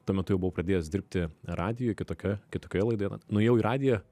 tuo metu jau buvau pradėjęs dirbti radijuj kitokioj kitokioje laidoje na nuėjau į radiją